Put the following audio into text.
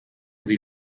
sie